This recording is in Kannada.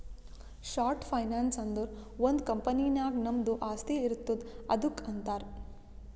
ಶಾರ್ಟ್ ಫೈನಾನ್ಸ್ ಅಂದುರ್ ಒಂದ್ ಕಂಪನಿ ನಾಗ್ ನಮ್ದು ಆಸ್ತಿ ಇರ್ತುದ್ ಅದುಕ್ಕ ಅಂತಾರ್